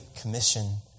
commission